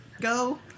Go